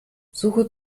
suche